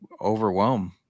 overwhelm